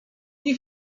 nie